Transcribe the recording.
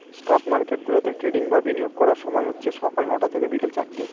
stock market গুলাতে trading বা বিনিয়োগ করার সময় হচ্ছে সকাল নটা থেকে বিকেল চারটে